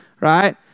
Right